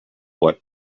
what